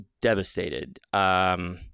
devastated